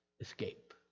escape